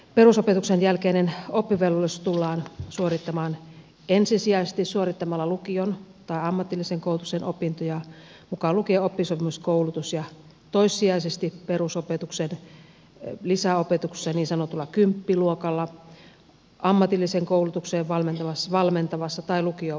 perusopetuksen jälkeinen oppivelvollisuus tullaan suorittamaan ensisijaisesti suorittamalla lukion tai ammatillisen koulutuksen opintoja mukaan lukien oppisopimuskoulutus ja toissijaisesti perusopetuksen lisäopetuksessa niin sanotulla kymppiluokalla ammatilliseen koulutukseen valmentavassa tai lukioon valmistavassa koulutuksessa